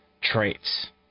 traits